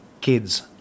kids